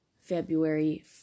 February